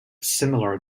similar